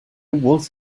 was